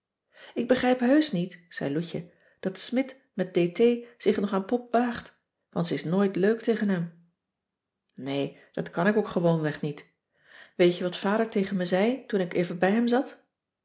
ik begrijp heusch niet zei loutje dat smidt met dt zich nog aan pop waagt want ze is nooit leuk tegen hem nee dat kan ik ook gewoonweg niet weet je wat vader tegen me zei toen ik even bij hem zat